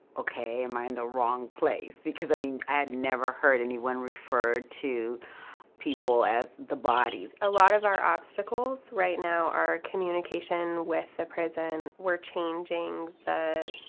okay, am i in the wrong place? because i mean i had never heard anyone refer to people as the bodies. a lot of our obstacles right now are communication with the prison. we're changing the,